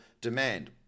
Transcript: demand